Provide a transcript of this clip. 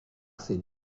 ses